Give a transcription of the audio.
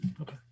Okay